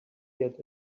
get